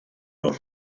los